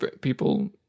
people